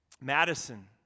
Madison